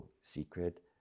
secret